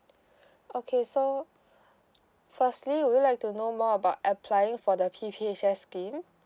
okay so firstly would you like to know more about applying for the P_P_H_S scheme